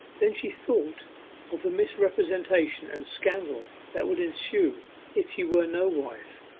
then she thought of the misrepresentation and scandal that would ensue if she were no wife.